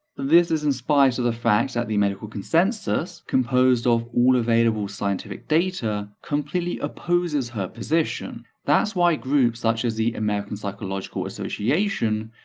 this is in spite of the fact that the medical consensus, composed of all available scientific data, completely opposes her position. that's why groups such as the american psychological association,